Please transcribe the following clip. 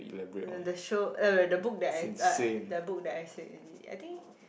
the the show uh the book that I the book that I said is it I think